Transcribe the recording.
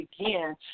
again